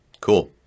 Cool